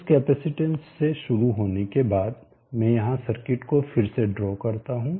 इस केपेसीटेंस से शुरू होने के बाद मैं यहां सर्किट को फिर से ड्रा करता हूं